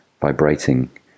vibrating